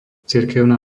cirkevná